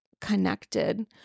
connected